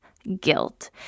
Guilt